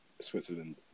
Switzerland